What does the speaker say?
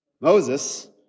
Moses